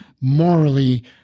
morally